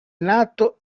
nato